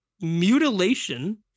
mutilation